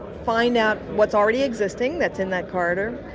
find out what's already existing that's in that corridor,